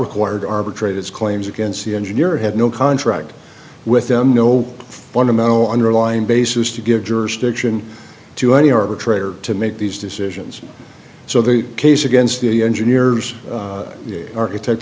required to arbitrate its claims against the engineer had no contract with them no fundamental underlying basis to give jurisdiction to any arbitrator to make these decisions so the case against the engineers architect